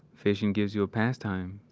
fishing gives you a pastime.